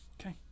Okay